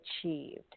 achieved